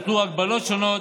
הוטלו הגבלות שונות,